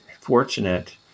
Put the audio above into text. fortunate